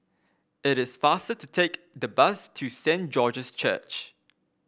it is faster to take the bus to Saint George's Church